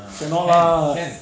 cannot lah